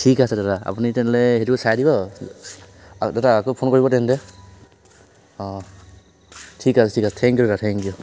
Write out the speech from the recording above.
ঠিক আছে দাদা আপুনি তেনেহ'লে সেইটো চাই দিব আৰু দাদা আকৌ ফোন কৰিব তেন্তে অ' ঠিক আছে ঠিক আছে থেংক ইউ দাদা থেংক ইউ